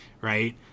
right